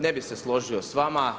Ne bih se složio sa vama.